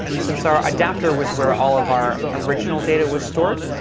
since our adapter was where all of our original data was stored,